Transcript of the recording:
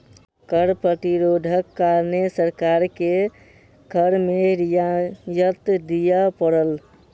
कर प्रतिरोधक कारणें सरकार के कर में रियायत दिअ पड़ल